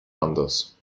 anders